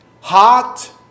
Hot